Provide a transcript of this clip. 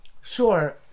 sure